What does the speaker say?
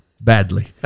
Badly